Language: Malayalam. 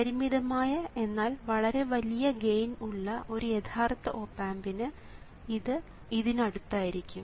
പരിമിതമായ എന്നാൽ വളരെ വലിയ ഗെയിൻ ഉള്ള ഒരു യഥാർത്ഥ ഓപ് ആമ്പിന് ഇത് ഇതിന് അടുത്തായിരിക്കും